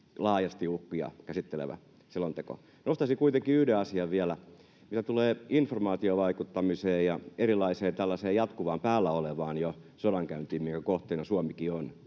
laajasti uhkia käsittelevä selonteko. Nostaisin kuitenkin yhden asian vielä. Mitä tulee informaatiovaikuttamiseen ja erilaiseen tällaiseen jatkuvaan, jo päällä olevaan sodankäyntiin, minkä kohteena Suomikin on